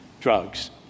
drugs